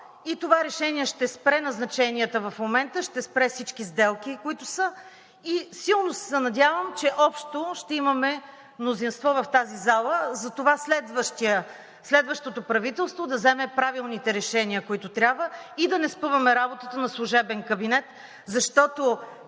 Това решение ще спре назначенията в момента, ще спре всички сделки, които са, и силно се надявам, че ще имаме общо мнозинство в тази зала. Затова следващото правителство да вземе правилните решения, които трябва, и да не спъваме работата на служебен кабинет, защото